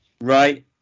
Right